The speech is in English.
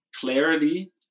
clarity